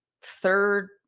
third